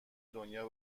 دنیا